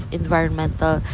environmental